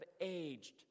aged